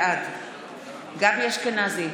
בעד גבי אשכנזי,